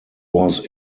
was